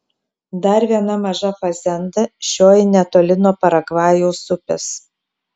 dar viena maža fazenda šioji netoli nuo paragvajaus upės